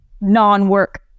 non-work